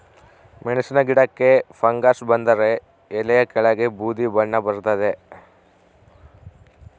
ಮೆಣಸಿನ ಗಿಡಕ್ಕೆ ಫಂಗಸ್ ಬಂದರೆ ಎಲೆಯ ಕೆಳಗೆ ಬೂದಿ ಬಣ್ಣ ಬರ್ತಾದೆ